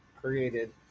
created